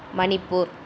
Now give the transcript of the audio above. Manipur